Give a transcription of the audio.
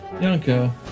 Yanko